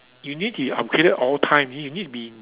you need be upgraded all time you need be